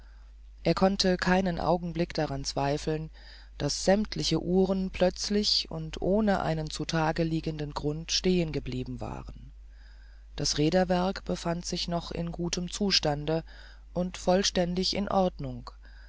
er konnte keinen augenblick daran zweifeln daß sämmtliche uhren plötzlich und ohne einen zu tage liegenden grund stehen geblieben waren das räderwerk befand sich noch in gutem zustande und vollständig in ordnung